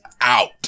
out